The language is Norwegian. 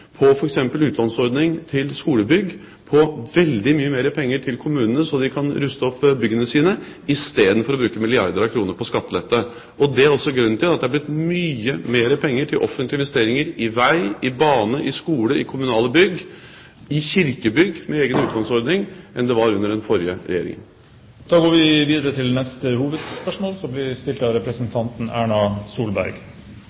på f.eks. utlånsordning til skolebygg, på veldig mye mer penger til kommunene så de kan ruste opp byggene sine, istedenfor å bruke milliarder av kroner på skattelette. Og det er også grunnen til at det er blitt mye mer penger til offentlige investeringer i vei, i bane, i skole, i kommunale bygg, i kirkebygg, med egen utlånsordning, enn det var under den forrige regjeringen. Da går vi videre til neste hovedspørsmål.